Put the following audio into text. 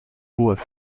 pots